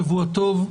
שבוע טוב.